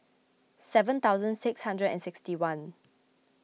seven thousand six hundred and sixty one